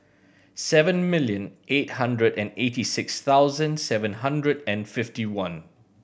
seven million eight hundred and eighty six thousand seven hundred and fifty one